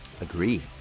agree